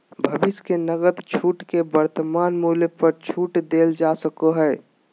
भविष्य के नकद छूट के वर्तमान मूल्य पर छूट देल जा सको हइ